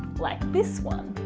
like this one.